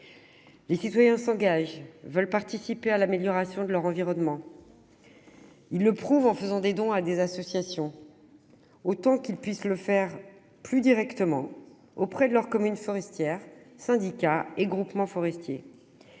Les citoyens s'engagent, veulent participer à l'amélioration de leur environnement. Ils le prouvent en faisant des dons à des associations. Autant qu'ils puissent le faire, plus directement, auprès de leurs communes forestières, syndicats et groupements forestiers.